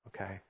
okay